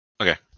Okay